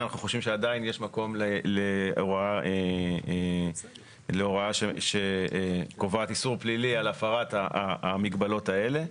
יש מקום לבדוק את האופן שבו נכון להחיל את ההוראה באמצעות